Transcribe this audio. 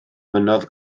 mynnodd